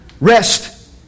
Rest